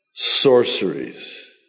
sorceries